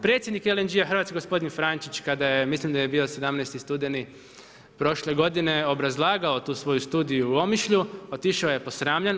Predsjednik LNG-a Hrvatske, gospodin Frančić kada je, mislim da je bio 17. studeni prošle godine, obrazlagao tu svoju studiju u Omišlju, otišao je posramljen.